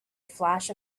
flash